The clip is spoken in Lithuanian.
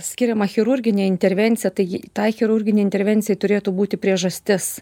skiriama chirurginė intervencija tai tai chirurginei intervencijai turėtų būti priežastis